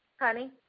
Honey